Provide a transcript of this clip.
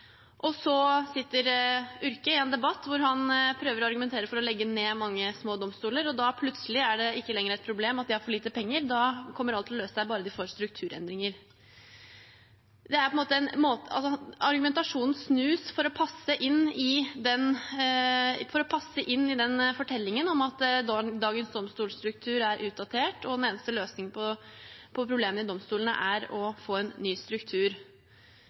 Og så sitter Urke i en debatt hvor han prøver å argumentere for å legge ned mange små domstoler. Da er det plutselig ikke lenger et problem at de har for lite penger, da kommer alt til å løse seg bare de får strukturendringer. Argumentasjonen snus for å passe inn i fortellingen om at dagens domstolstruktur er utdatert og den eneste løsningen på problemene i domstolene er å få en ny struktur.